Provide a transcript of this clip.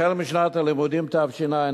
החל משנת הלימודים תשע"א,